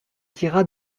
tira